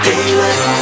Daylight